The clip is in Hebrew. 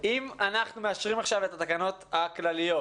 אם אנחנו מאשרים עכשיו את התקנות הכלליות